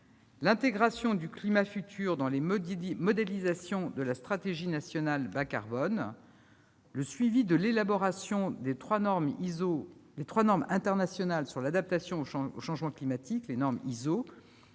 l'intégration du climat futur dans les modélisations de la stratégie nationale bas carbone ; le suivi de l'élaboration de trois normes internationales ISO sur l'adaptation au changement climatique ; le lancement